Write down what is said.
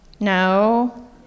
No